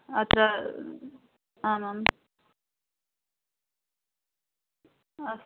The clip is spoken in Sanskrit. अत्र आम् आम् अस्तु